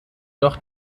doch